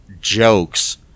jokes